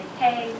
hey